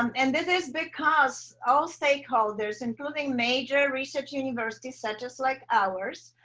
um and this is because all stakeholders including major research universities, such as like ours,